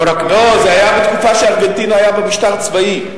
לא, זה היה בתקופה שארגנטינה, היה בה משטר צבאי.